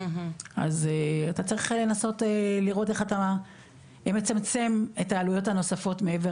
אז אתה צריך לנסות לראות איך אתה מצמצם את העלויות הנוספות מעבר